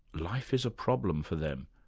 life is a problem for them.